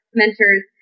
mentors